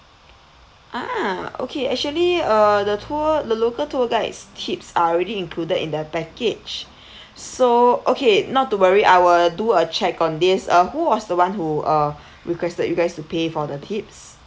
ah okay actually uh the tour the local tour guides tips are already included in the package so okay not to worry I will do a check on this uh who was the one who uh requested you guys to pay for the tips